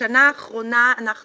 בשנה האחרונה אנחנו